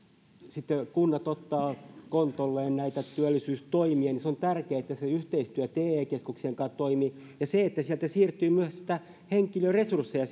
sitten kunnat ottavat kontolleen näitä työllisyystoimia niin on tärkeää että se yhteistyö te keskuksen kanssa toimii ja että sieltä siirtyy myös niitä henkilöresursseja